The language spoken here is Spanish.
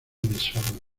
desorden